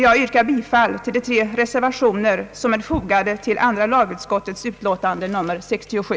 Jag yrkar bifall till de tre reservationer som är fogade till andra lagutskottets utlåtande nr 67.